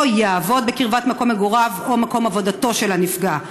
יעבוד בקרבת מקום מגוריו או מקום עבודתו של הנפגע.